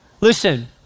Listen